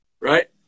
Right